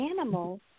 animal's